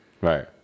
right